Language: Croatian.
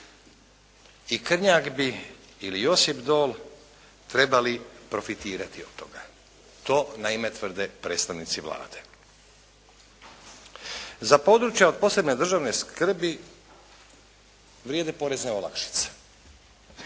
I Krnjak bi ili Josipdol trebali profitirati od toga. To naime tvrde predstavnici Vlade. Za područja od posebne državne skrbi vrijede porezne olakšice.